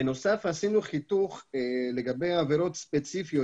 בנוסף עשינו חיתוך לגבי עבירות ספציפיות